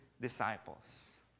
disciples